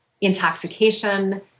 intoxication